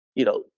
you know,